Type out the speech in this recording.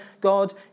God